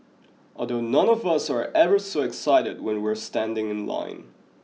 although none of us are ever so excited when we're standing in line